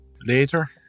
later